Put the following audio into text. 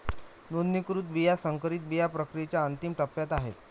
नोंदणीकृत बिया संकरित बिया प्रक्रियेच्या अंतिम टप्प्यात आहेत